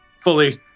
fully